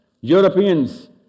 Europeans